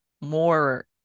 more